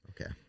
Okay